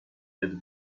add